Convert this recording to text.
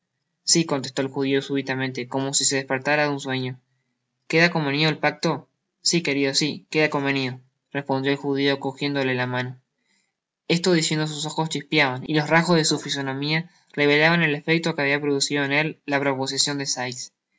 si contestó el judio súbitamente como si dispertara de un sueño queda convenido el pacto si querido si queda convenido respondió el judio cojiéndole la mano listo diciendo sus ojos chispeaban y los rasgos de su fisonomia revelaban el efecto que habia producido en él la proposicion de sikes